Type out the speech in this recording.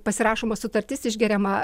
pasirašoma sutartis išgeriama